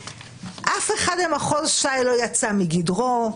ואף אחד במחוז ש"י לא יצא מגדרו,